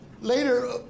Later